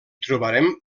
trobarem